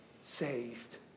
saved